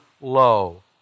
low